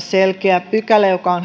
selkeä pykälä joka on